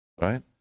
right